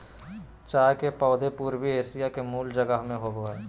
चाय के पौधे पूर्वी एशिया के मूल जगह में होबो हइ